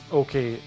okay